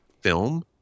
film